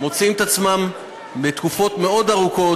מוצאים את עצמם בתקופות מאוד ארוכות,